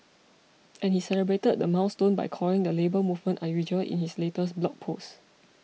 and he celebrated the milestone by calling the Labour Movement unusual in his latest blog post